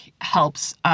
helps